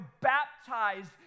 baptized